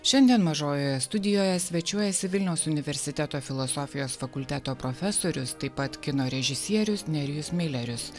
šiandien mažojoje studijoje svečiuojasi vilniaus universiteto filosofijos fakulteto profesorius taip pat kino režisierius nerijus milerius